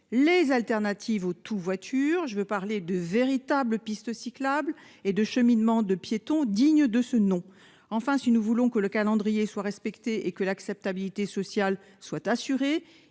alternatives au « tout-voiture »? Je veux parler de véritables pistes cyclables et de cheminements de piétons dignes de ce nom. Enfin, si nous voulons que le calendrier soit respecté et que l'acceptabilité sociale soit assurée,